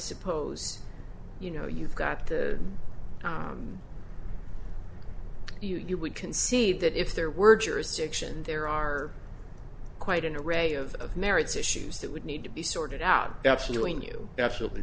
suppose you know you've got to you you would concede that if there were jurisdiction there are quite an array of merits issues that would need to be sorted out absolutely